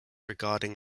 regarding